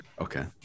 Okay